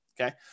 okay